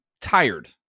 tired